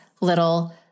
little